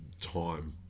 time